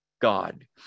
God